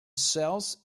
cells